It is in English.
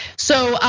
so,